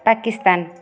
Pakistan